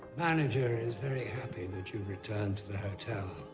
manager is very happy that you've returned to the hotel.